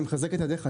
אני מחזק את ידיך,